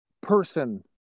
person